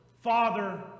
Father